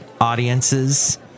audiences